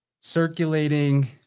circulating